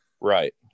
Right